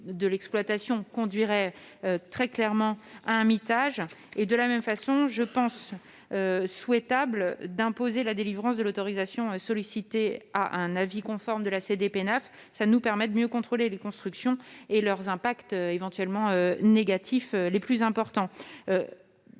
de l'exploitation conduirait très clairement à un mitage. De la même façon, il me semble souhaitable d'imposer la délivrance de l'autorisation sollicitée à un avis conforme de la CDPENAF, ce qui nous permet de mieux contrôler les constructions et leurs principaux impacts négatifs éventuels.